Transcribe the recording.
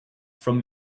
from